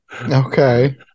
Okay